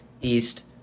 east